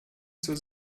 zur